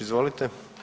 Izvolite.